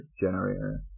generator